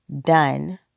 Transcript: done